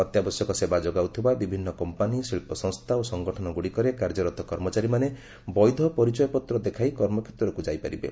ଅତ୍ୟାବଶ୍ୟକ ସେବା ଯୋଗାଉଥିବା ବିଭିନ୍ନ କମ୍ପାନୀ ଶିଳ୍ପସଂସ୍ଥା ଓ ସଂଗଠନଗ୍ରଡ଼ିକରେ କାର୍ଯ୍ୟରତ କର୍ମଚାରୀମାନେ ବୈଧ ପରିଚୟପତ୍ ଦେଖାଇ କର୍ମକ୍ଷେତ୍ରକୁ ଯାଇପାରିବେ